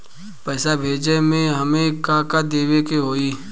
पैसा भेजे में हमे का का देवे के होई?